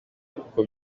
uko